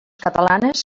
catalanes